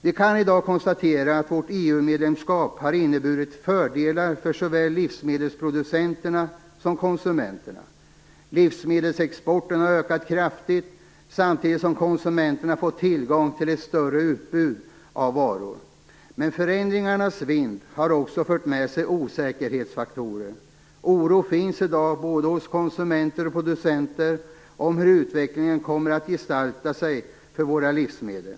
Vi kan i dag konstatera att vårt EU-medlemskap har inneburit fördelar för såväl livsmedelsproducenterna som konsumenterna. Livsmedelsexporten har ökat kraftigt samtidigt som konsumenterna har fått tillgång till ett större utbud av varor. Men förändringarnas vind har också fört med sig osäkerhetsfaktorer. Oro finns i dag hos både konsumenter och producenter om hur utvecklingen kommer att gestalta sig för våra livsmedel.